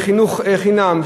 בחינוך חינם,